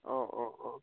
অঁ অঁ অঁ